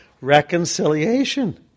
reconciliation